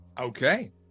Okay